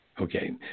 Okay